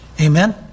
Amen